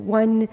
one